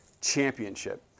championship